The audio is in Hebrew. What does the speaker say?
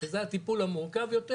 שזה הטיפול המורכב יותר,